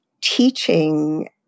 teaching